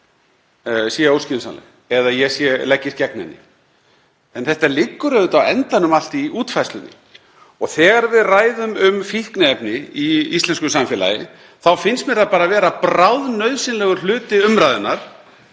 sé óskynsamleg eða að ég leggist gegn henni. En þetta liggur auðvitað á endanum allt í útfærslunni. Þegar við ræðum um fíkniefni í íslensku samfélagi þá finnst mér það bara vera bráðnauðsynlegur hluti umræðunnar